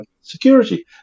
security